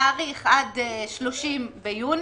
להאריך עד 30 ביוני,